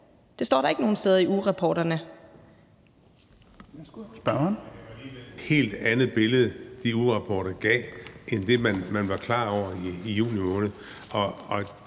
Det står der ikke nogen steder i ugerapporterne.